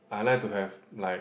I like to have like